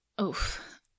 Oof